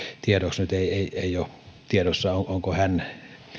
tiedoksi nyt ei ei ole tiedossa onko hän